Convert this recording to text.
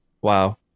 wow